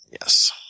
Yes